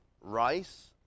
rice